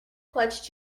clutch